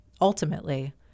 Ultimately